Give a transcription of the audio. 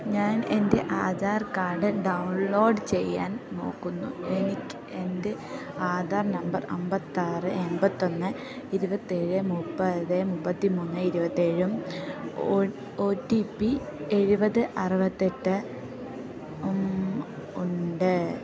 ഞാൻ എൻറ്റെ ആധാർക്കാഡ് ഡൗൺലോഡ് ചെയ്യാൻ നോക്കുന്നു എനിക്ക് എൻറ്റെ ആധാർ നമ്പർ അമ്പത്താറ് എമ്പത്തൊന്ന് ഇരുപത്തേഴ് മുപ്പത് മുപ്പത്തിമൂന്ന് ഇരുപത്തേഴും ഒ റ്റി പ്പി എഴുപത് അറുപത്തെട്ട് ഉണ്ട്